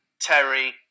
Terry